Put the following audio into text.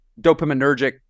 dopaminergic